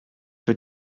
für